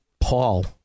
Paul